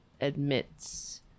admits